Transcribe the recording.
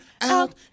out